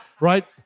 right